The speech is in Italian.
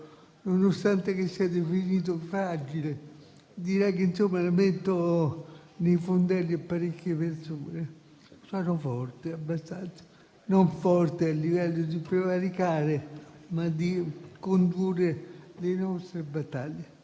Nonostante sia definito fragile, direi che la "metto nei fondelli" a parecchie persone: sono forte abbastanza. Forte non a livello di prevaricare, ma di condurre le nostre battaglie.